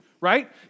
right